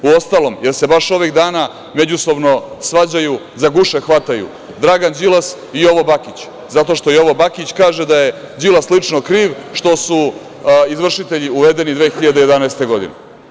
Uostalom, jel se baš ovih dana međusobno svađaju, za guše hvataju Dragan Đilas i Jovo Bakić, zato što Jovo Bakić kaže da je Đilas lično kriv što su izvršitelji uvedeni 2011. godine.